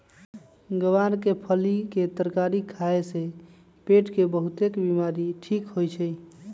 ग्वार के फली के तरकारी खाए से पेट के बहुतेक बीमारी ठीक होई छई